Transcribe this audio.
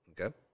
Okay